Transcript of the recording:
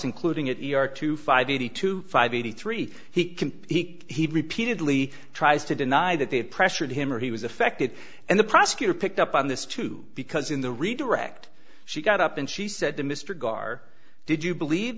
including at york two five eighty two five eighty three he can he repeatedly tries to deny that they have pressured him or he was affected and the prosecutor picked up on this too because in the redirect she got up and she said to mr gar did you believe